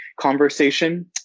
conversation